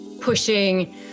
pushing